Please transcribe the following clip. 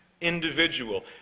individual